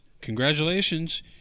Congratulations